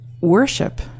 worship